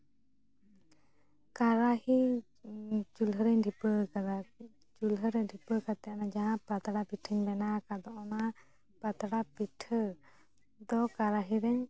ᱠᱟᱨᱟᱦᱤ ᱪᱩᱞᱦᱟᱹ ᱨᱤᱧ ᱫᱷᱤᱯᱟᱹᱣ ᱟᱠᱟᱫᱟ ᱟᱨᱠᱤ ᱪᱩᱞᱦᱟᱹ ᱨᱮ ᱫᱷᱤᱯᱟᱹᱣ ᱠᱟᱛᱮ ᱚᱱᱟ ᱡᱟᱦᱟᱸ ᱨᱮ ᱯᱟᱛᱲᱟ ᱯᱤᱴᱷᱟᱹᱧ ᱵᱮᱱᱟᱣ ᱟᱠᱟᱫ ᱫᱚ ᱚᱱᱟ ᱯᱟᱛᱲᱟ ᱯᱤᱴᱷᱟᱹ ᱫᱚ ᱠᱟᱨᱟᱦᱤ ᱨᱤᱧ